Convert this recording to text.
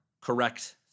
correct